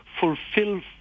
fulfill